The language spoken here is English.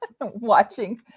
watching